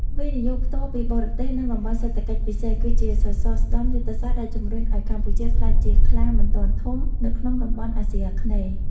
វិនិយោគផ្ទាល់ពីបរទេស និងតំបន់សេដ្ឋកិច្ចពិសេស គឺជាសសរស្តម្ភយុទ្ធសាស្ត្រដែលជំរុញឱ្យកម្ពុជាក្លាយជា "ខ្លាមិនទាន់ធំ" នៅក្នុងតំបន់អាស៊ីអាគ្នេយ៍។